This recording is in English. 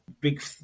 big